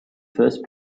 first